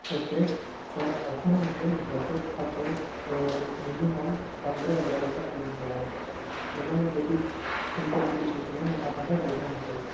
okay त असांजे हिते बचत खातो अ मिनिमम पंद्रहें हज़ारे खां खुलंदो आहे उनमें जेकी फैसेलिटी थींदियूं आहिनि उहे मां तव्हांखे ॿुधायां थो